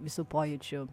visų pojūčių